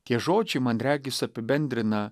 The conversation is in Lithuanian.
tie žodžiai man regis apibendrina